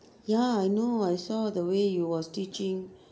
ya I know I saw the way you was teaching